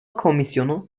komisyonu